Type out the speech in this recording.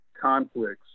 conflicts